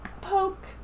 poke